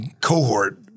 cohort